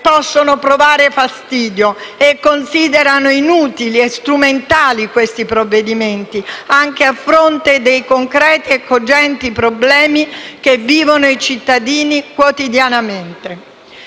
possono provare fastidio e considerano inutili e strumentali questi provvedimenti, anche a fronte dei concreti e cogenti problemi che i cittadini vivono quotidianamente.